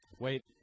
Wait